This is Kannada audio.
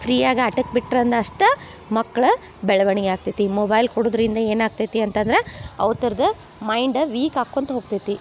ಫ್ರೀಯಾಗಿ ಆಟಕ್ಕೆ ಬಿಟ್ರಂದ್ರ್ ಅಷ್ಟೇ ಮಕ್ಕಳ ಬೆಳವಣ್ಗೆ ಆಗ್ತೈತಿ ಮೊಬೈಲ್ ಕೊಡುವುದ್ರಿಂದ ಏನಾಗ್ತೈತಿ ಅಂತಂದ್ರೆ ಅವು ಥರದ ಮೈಂಡ ವೀಕ್ ಅಕ್ಕೊಂತ ಹೋಗ್ತೈತಿ